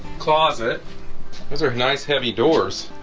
closet those are nice heavy doors